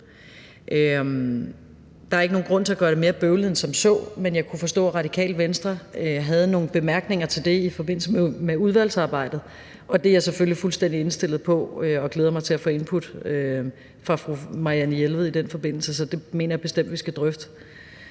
Der er ikke nogen grund til at gøre det mere bøvlet end som så, men jeg kunne forstå, at Radikale Venstre i forbindelse med udvalgsarbejdet vil have nogle bemærkninger til det. Det er jeg selvfølgelig fuldstændig indstillet på og glæder mig til i den forbindelse at få input fra fru Marianne Jelved. Det mener jeg bestemt vi skal drøfte.